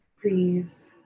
please